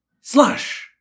Slash